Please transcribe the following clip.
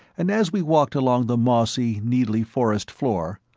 and as we walked along the mossy, needly forest floor,